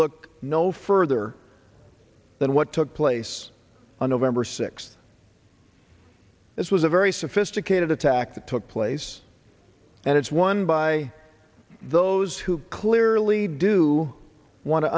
look no further than what took place on november sixth this was a very sophisticated attack that took place and it's won by those who clearly do want to